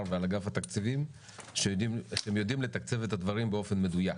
ועל אגף התקציבים שאתם יודעים לתקצב את הדברים באופן מדויק.